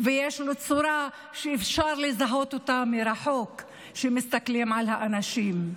ויש לו צורה שאפשר לזהות אותה מרחוק כשמסתכלים על האנשים.